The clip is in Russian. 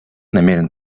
намерен